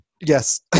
Yes